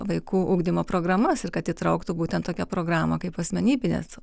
vaikų ugdymo programas ir kad įtrauktų būtent tokią programą kaip asmenybinės